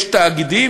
יש תאגידים,